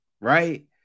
right